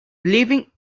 living